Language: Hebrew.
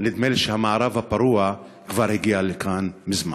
נדמה לי שהמערב הפרוע כבר הגיע לכאן מזמן.